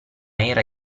era